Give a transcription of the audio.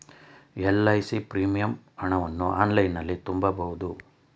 LIC premium ಹಣವನ್ನು ಆನ್ಲೈನಲ್ಲಿ ತುಂಬಬಹುದು